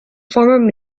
former